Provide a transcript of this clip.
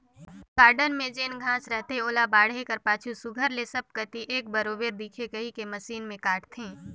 garden में जेन घांस रहथे ओला बाढ़े कर पाछू सुग्घर ले सब कती एक बरोबेर दिखे कहिके मसीन में काटथें